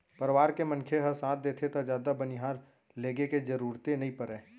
परवार के मनखे ह साथ देथे त जादा बनिहार लेगे के जरूरते नइ परय